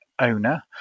Owner